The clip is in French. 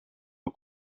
les